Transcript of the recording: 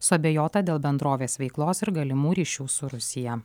suabejota dėl bendrovės veiklos ir galimų ryšių su rusija